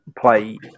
play